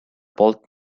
bolt